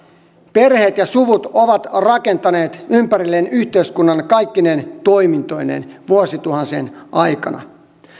perheet ja suvut ovat rakentaneet ympärilleen yhteiskunnan kaikkine toimintoineen vuosituhansien aikana